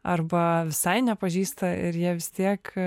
arba visai nepažįsta ir jie vis tiek